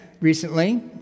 recently